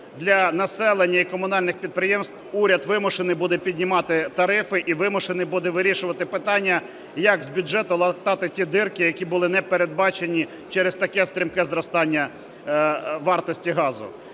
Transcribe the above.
для населення і комунальних підприємств уряд вимушений буде піднімати тарифи і вимушений буде вирішувати питання, як з бюджету латати ті дірки, які були не передбачені через таке стрімке зростання вартості газу.